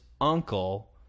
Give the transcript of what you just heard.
uncle